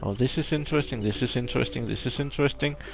this is interesting. this is interesting. this is interesting.